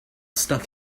stuck